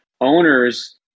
owners